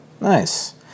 Nice